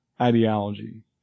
ideology